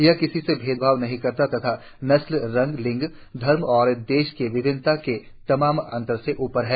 यह किसी से भेदभाव नहीं करता तथा नस्ल रंग लिंग धर्म और देश की विभिन्नता के तमाम अंतर से ऊपर है